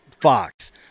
Fox